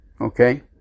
Okay